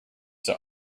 that